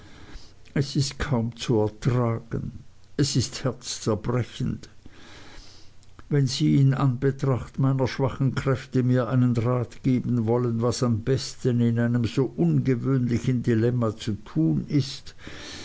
es ist kaum zu ertragen es ist herzzerbrechend wenn sie in anbetracht meiner schwachen kräfte mir einen rat geben wollen was am besten in einem so ungewöhnlichen dilemma zu tun ist